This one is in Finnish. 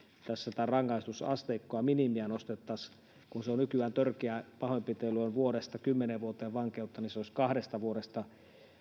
tässä tätä rangaistusasteikkoa minimiä nostettaisiin niin että kun nykyään törkeä pahoinpitely on vuodesta kymmeneen vuoteen vankeutta niin se olisi kahdesta vuodesta